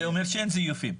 זה אומר שאין זיופים.